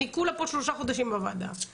ואני כולה פה שלושה חודשים בוועדה הזאת.